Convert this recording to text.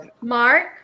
Mark